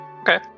Okay